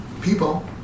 people